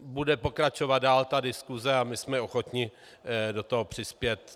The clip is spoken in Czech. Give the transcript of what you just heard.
Bude pokračovat dál diskuse a my jsme ochotni do toho přispět.